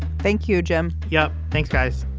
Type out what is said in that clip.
thank you jim. yeah. thanks guys.